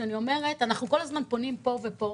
כי אני אומרת: אנחנו כל הזמן פונים פה ופה,